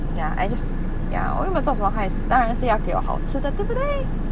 ya I just ya 我又没有做什么坏事当然是要给我好吃的对不对